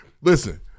listen